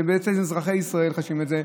ובעצם אזרחי ישראל חשים את זה.